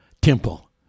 temple